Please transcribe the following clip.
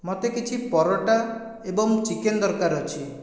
ମୋତେ କିଛି ପରଟା ଏବଂ ଚିକେନ୍ ଦରକାର ଅଛି